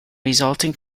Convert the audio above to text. resulting